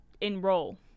enroll